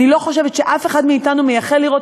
אני לא חושבת שאף אחד מאתנו מייחל לראות